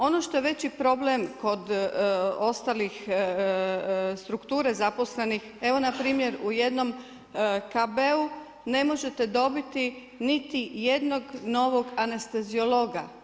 Ono što je veći problem kod ostalih strukture zaposlenih, evo npr. u jednom KB-u ne možete dobiti niti jednog novog anesteziologa.